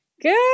Good